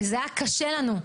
וזה היה קשה לנו.